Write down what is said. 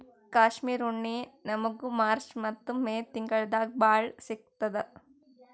ಕಾಶ್ಮೀರ್ ಉಣ್ಣಿ ನಮ್ಮಗ್ ಮಾರ್ಚ್ ಮತ್ತ್ ಮೇ ತಿಂಗಳ್ದಾಗ್ ಭಾಳ್ ಸಿಗತ್ತದ್